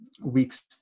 weeks